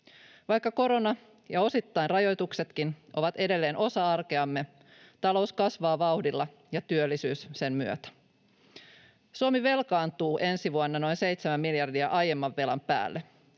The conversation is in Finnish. Vaikka korona ja osittain rajoituksetkin ovat edelleen osa arkeamme, talous kasvaa vauhdilla ja työllisyys sen myötä. Suomi velkaantuu ensi vuonna noin 7 miljardia aiemman velan päälle.